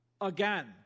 again